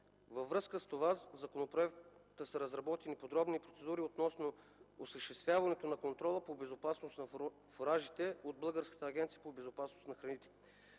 Във връзка с това в законопроекта са разработени подробните процедури относно осъществяването на контрола по безопасност на фуражите от Българската агенция по безопасност на храните.